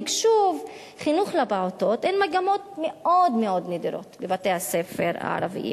תקשוב וחינוך לפעוטות הן מגמות מאוד מאוד נדירות בבתי-הספר הערביים.